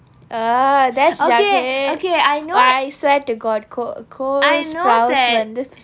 ah that's jughead okay okay I know I swear to god co~ cole sprouse வந்து:vanthu